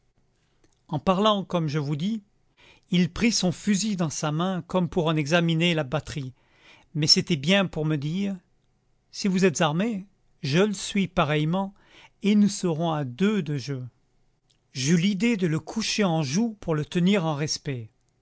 en parlant comme je vous dis il prit son fusil dans sa main comme pour en examiner la batterie mais c'était bien pour me dire si vous êtes armé je le suis pareillement et nous serons à deux de jeu j'eus l'idée de le coucher en joue pour le tenir en respect